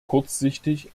kurzsichtig